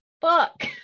fuck